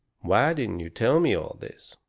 why didn't you tell me all this?